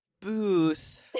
Booth